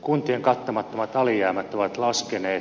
kuntien kattamattomat alijäämät ovat laskeneet